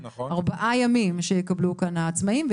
ארבעה ימים שיקבלו כאן העצמאים,